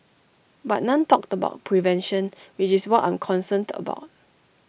but none talked about prevention which is what I'm concerned about